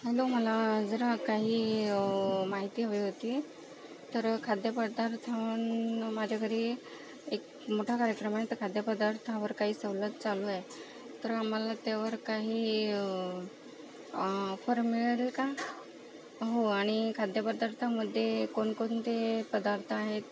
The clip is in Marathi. हॅलो मला जरा काही माहिती हवी होती तर खाद्यपदार्थां माझ्या घरी एक मोठा कार्यक्रम आहे तर खाद्यपदार्थावर काही सवलत चालू आहे तर आम्हाला त्यावर काही ऑफर मिळेल का हो आणि खाद्यपदार्थांमध्ये कोणकोणते पदार्थ आहेत